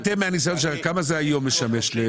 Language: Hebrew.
אתם מהניסיון שלכם כמה זה היום משמש ל